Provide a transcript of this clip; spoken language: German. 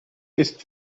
ist